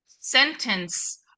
sentence